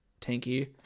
tanky